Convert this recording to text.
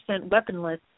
weaponless